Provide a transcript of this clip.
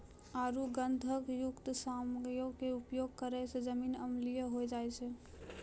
आरु गंधकयुक्त सामग्रीयो के उपयोग करै से जमीन अम्लीय होय जाय छै